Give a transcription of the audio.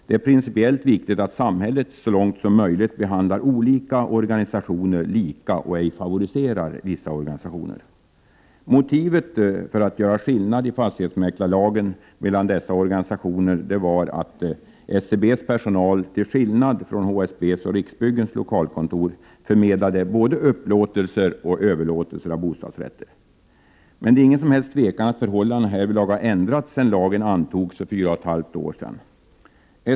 Det är principiellt viktigt att samhället så långt som möjligt behandlar alla organisationer lika och ej favoriserar vissa organisationer. Motivet för att göra skillnad i fastighetsmäklarlagen mellan dessa organisationer var att SBC:s personal till skillnad från personalen vid HSB:s och Riksbyggens lokalkontor förmedlade både upplåtelser och överlåtelser av bostadsrätter. Men det är ingen som helst tvekan om att förhållandena härvidlag har ändrats sedan lagen antogs för fyra och ett halvt år sedan.